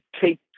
take